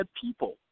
people